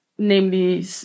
namely